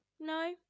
No